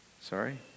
sorry